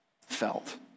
felt